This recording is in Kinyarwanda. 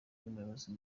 umuyobozi